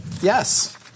Yes